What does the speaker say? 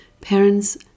parents